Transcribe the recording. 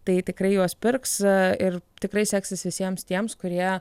tai tikrai juos pirks ir tikrai seksis visiems tiems kurie